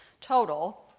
total